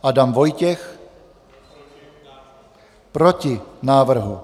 Adam Vojtěch: Proti návrhu.